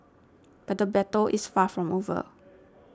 but the battle is far from over